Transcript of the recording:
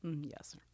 Yes